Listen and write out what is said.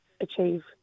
achieve